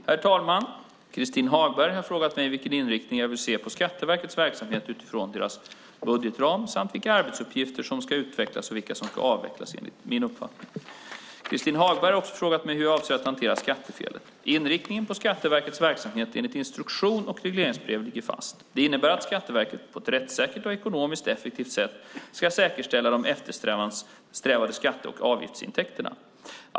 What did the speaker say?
Herr talman! Christin Hagberg har frågat mig vilken inriktning jag vill se på Skatteverkets verksamhet utifrån deras budgetram samt vilka arbetsuppgifter som ska utvecklas och vilka som ska avvecklas enligt mig. Christin Hagberg har också frågat mig hur jag avser att hantera skattefelet. Inriktningen på Skatteverkets verksamhet enligt instruktion och regleringsbrev ligger fast. Det innebär att Skatteverket på ett rättssäkert och ekonomiskt effektivt sätt ska säkerställa de eftersträvade skatte och avgiftsintäkterna.